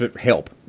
help